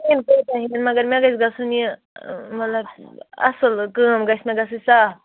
مگر مےٚ گَژھِ گَژھُن یہِ مطلب اَصٕل کٲم گَژھِ مےٚ گَژھٕن صاف